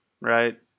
right